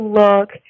look